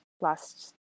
last